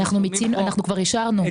אנחנו כבר אישרנו.